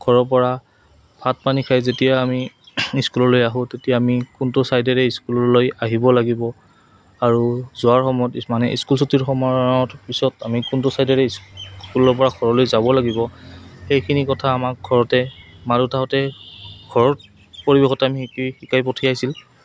ঘৰৰ পৰা ভাত পানী খাই যেতিয়া আমি স্কুললৈ আহোঁ তেতিয়া আমি কোনটো ছাইডেৰে স্কুললৈ আহিব লাগিব আৰু যোৱাৰ সময়ত মানে স্কুল ছুটিৰ সময়ত পিছত আমি কোনটো ছাইডেৰে স্কুলৰ পৰা ঘৰলৈ যাব লাগিব সেইখিনি কথা আমাক ঘৰতে মা দেউতাহঁতে ঘৰত পৰিৱেশতে আমি শিকি শিকাই পঠিয়াইছিল